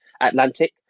Atlantic